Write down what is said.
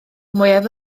mwyaf